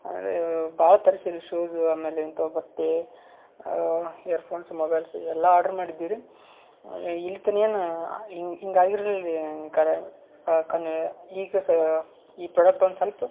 ಅಂದರೆ ಭಾಳ ತರ್ಸೀವಿ ರೀ ಶೂಸು ಆಮೇಲೆ ಇಂಥವು ಬಟ್ಟೆ ಇಯರ್ಫೋನ್ಸು ಮೊಬೈಲ್ಸು ಎಲ್ಲ ಆರ್ಡ್ರ್ ಮಾಡಿದ್ದೀವಿ ರೀ ಇಲ್ಲಿ ತನಕ ಏನು ಹಿಂಗೆ ಹಿಂಗೆ ಆಗಿರ್ಲಿಲ್ಲ ರೀ ಖರೆ ಯಾಕಂದರೆ ಈಗ ಸ ಈ ಪ್ರಾಡಕ್ಟ್ ಒಂದು ಸ್ವಲ್ಪ